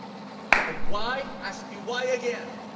and why? ask me why again.